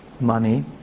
money